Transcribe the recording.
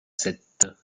sept